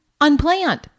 unplanned